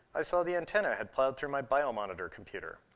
i saw the antenna had plowed through my bio-monitor computer.